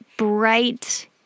Bright